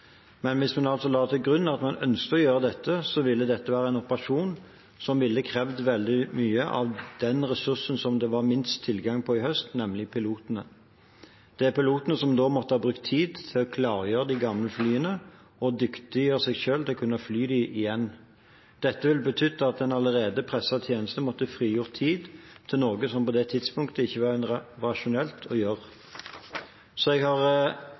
men hvis man altså la til grunn at man ønsket å gjøre dette, ville det være en operasjon som ville ha krevd veldig mye av den ressursen som det var minst tilgang på i høst, nemlig pilotene. Det er pilotene som da måtte brukt tid på å klargjøre de gamle flyene og dyktiggjøre seg selv til å kunne fly dem igjen. Dette ville betydd at en allerede presset tjeneste måtte frigjort tid til noe som det på det tidspunktet ikke var rasjonelt å gjøre. Jeg har